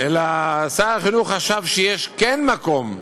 אלא שר החינוך חשב שיש כן מקום שוועדה,